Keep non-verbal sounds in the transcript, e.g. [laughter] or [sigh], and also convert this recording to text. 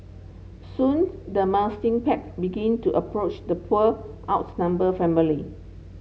soon the [unintelligible] pack began to approach the poor outnumbered family